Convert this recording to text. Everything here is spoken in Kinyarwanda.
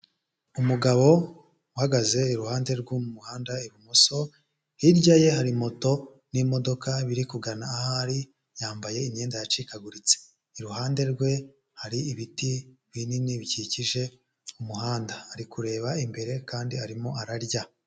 Umugabo uhagaze iruhande rw'umuhanda ibumoso, hirya ye hari moto n'imodoka biri kugana aho ari, yambaye imyenda yacikaguritse, iruhande rwe hari ibiti binini bikikije umuhanda, ari kureba imbere kandi arimo ararya.